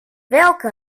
welke